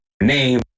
name